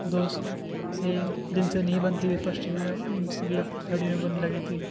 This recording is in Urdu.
دوست تھے جن سے نہیں بنتی تھی فرسٹ ایئر میں ان سے بھی اب تھرڈ ایئر میں بننے لگی تھی